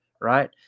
right